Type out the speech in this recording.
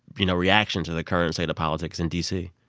you know, reaction to the current state of politics in d c?